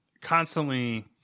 constantly